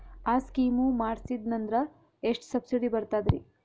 ಆ ಸ್ಕೀಮ ಮಾಡ್ಸೀದ್ನಂದರ ಎಷ್ಟ ಸಬ್ಸಿಡಿ ಬರ್ತಾದ್ರೀ?